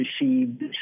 received